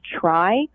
try